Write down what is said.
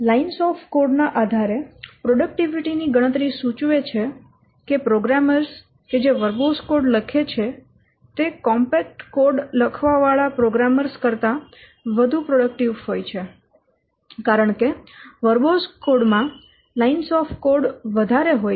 lines of code ના આધારે productivity ની ગણતરી સૂચવે છે કે પ્રોગ્રામરો કે જે વર્બોઝ કોડ લખે છે તે કોમ્પેક્ટ કોડ લખવા વાળા પ્રોગ્રામરો કરતા વધુ પ્રોડક્ટીવ હોય છે કારણ કે વર્બોઝ કોડ માં લાઈન્સ ઓફ કોડ વધારે હોય છે